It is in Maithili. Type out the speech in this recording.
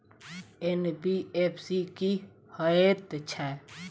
एन.बी.एफ.सी की हएत छै?